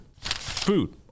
food